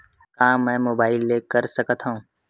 का मै मोबाइल ले कर सकत हव?